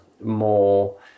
more